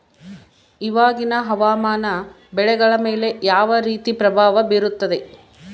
ಇವಾಗಿನ ಹವಾಮಾನ ಬೆಳೆಗಳ ಮೇಲೆ ಯಾವ ರೇತಿ ಪ್ರಭಾವ ಬೇರುತ್ತದೆ?